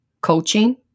Coaching